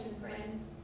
friends